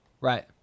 Right